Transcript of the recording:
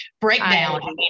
breakdown